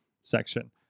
section